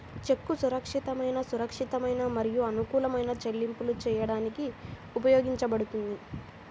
చెక్కు సురక్షితమైన, సురక్షితమైన మరియు అనుకూలమైన చెల్లింపులు చేయడానికి ఉపయోగించబడుతుంది